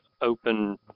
open